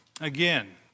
Again